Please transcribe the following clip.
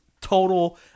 total